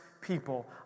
people